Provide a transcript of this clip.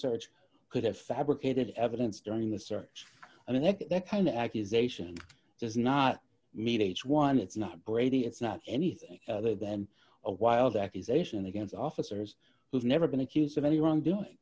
search could have fabricated evidence during the search and i think that kind of accusation does not mean it's one it's not brady it's not anything other than a wild accusation against officers who've never been accused of any wrongdoing